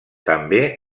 també